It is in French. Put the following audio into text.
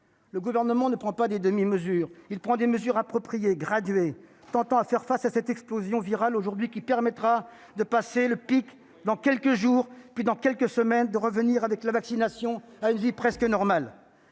le Gouvernement ne prend pas de demi-mesures, il prend des mesures appropriées, graduées, pour faire face à l'explosion virale actuelle, et qui permettront de passer le pic dans quelques jours puis, dans quelques semaines, de revenir, grâce à la vaccination, à une vie presque normale.